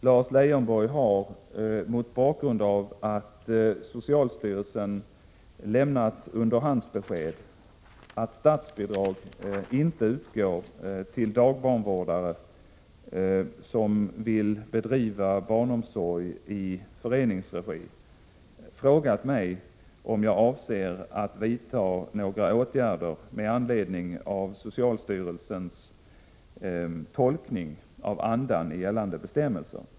Lars Leijonborg har — mot bakgrund av att socialstyrelsen lämnat underhandsbesked om att statsbidrag inte utgår till dagbarnvårdare som vill bedriva barnomsorg i föreningsregi— frågat mig om jag avser att vidta några åtgärder med anledning av socialstyrelsens tolkning av andan i gällande bestämmelser.